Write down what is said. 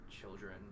children